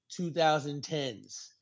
2010s